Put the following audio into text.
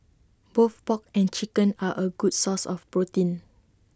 both pork and chicken are A good source of protein